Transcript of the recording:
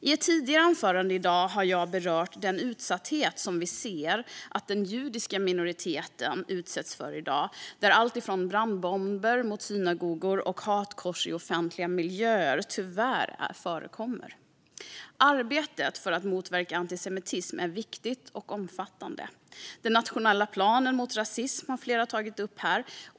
I ett tidigare anförande i dag har jag berört den utsatthet som vi ser att den judiska minoriteten utsätts för i dag. Tyvärr förekommer allt från brandbomber mot synagogor till hakkors i offentliga miljöer. Arbetet för att motverka antisemitism är viktigt och omfattande. Den nationella planen mot rasism har flera tagit upp.